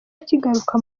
kigaruka